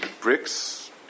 bricks